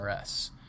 RS